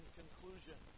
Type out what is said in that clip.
conclusion